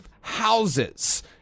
houses